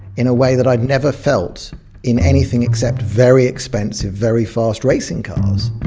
in a way that i'd never felt in anything except very expensive, very fast, racing cars.